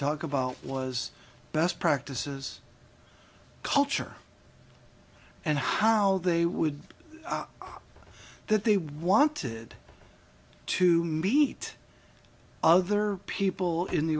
talk about was best practices culture and how they would that they wanted to meet other people in the